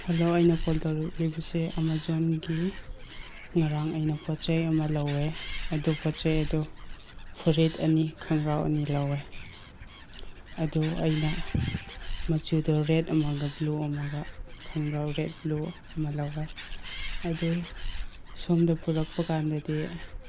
hello ꯑꯩꯅ call ꯇꯧꯔꯛꯂꯤꯕꯁꯦ ꯑꯃꯥꯖꯣꯟꯒꯤ ꯉꯔꯥꯡ ꯑꯩꯅ ꯄꯣꯠ ꯆꯩ ꯑꯃ ꯂꯧꯋꯦ ꯑꯗꯨ ꯄꯣꯠ ꯆꯩ ꯑꯗꯨ ꯐꯨꯔꯤꯠ ꯑꯅꯤ ꯈꯪꯒ꯭ꯔꯥꯎ ꯑꯅꯤ ꯂꯧꯋꯦ ꯑꯗꯨ ꯑꯩꯅ ꯃꯆꯨꯗꯣ ꯔꯦꯗ ꯑꯃꯒ ꯕ꯭ꯂꯨ ꯑꯃꯒ ꯈꯪꯒ꯭ꯔꯥꯎ ꯔꯦꯗ ꯕ꯭ꯂꯨ ꯑꯃ ꯂꯧꯋꯦ ꯑꯗꯨ ꯁꯣꯝꯗ ꯄꯨꯔꯛꯄꯀꯥꯟꯗꯗꯤ